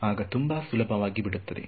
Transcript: ಆಗ ತುಂಬಾ ಸುಲಭವಾಗಿ ಬಿಡುತ್ತದೆ